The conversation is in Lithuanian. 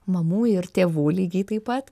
mamų ir tėvų lygiai taip pat